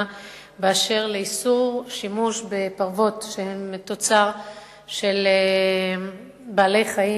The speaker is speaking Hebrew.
בדבר איסור שימוש בפרוות שהן תוצר של בעלי-חיים,